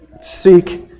seek